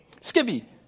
Skippy